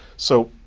so,